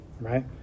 right